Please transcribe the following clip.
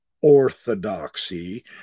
orthodoxy